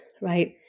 right